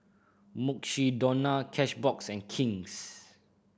Mukshidonna Cashbox and King's